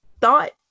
thought